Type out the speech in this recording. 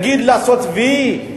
להגיד, לעשות "וי"?